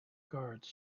guards